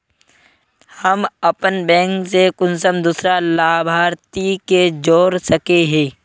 हम अपन बैंक से कुंसम दूसरा लाभारती के जोड़ सके हिय?